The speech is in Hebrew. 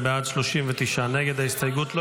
53. הסתייגות 53 לא